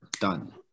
done